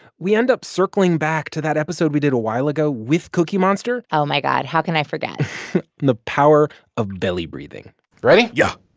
we end up circling back to that episode we did a while ago with cookie monster oh, my god. how can i forget? and the power of belly-breathing ready? yeah